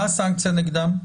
מה הסנקציה נגדם?